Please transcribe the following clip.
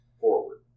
forward